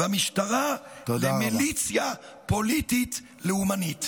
והמשטרה, למיליציה פוליטית לאומנית.